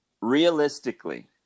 Realistically